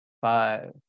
Five